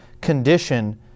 condition